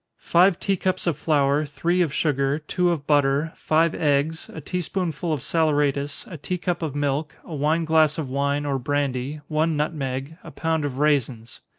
five tea-cups of flour, three of sugar, two of butter, five eggs, a tea-spoonful of saleratus, a tea-cup of milk, a wine glass of wine, or brandy, one nutmeg, a pound of raisins.